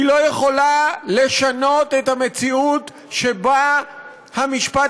היא לא יכולה לשנות את המציאות שבה המשפט